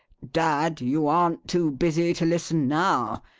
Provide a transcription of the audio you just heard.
dad, you aren't too busy to listen now!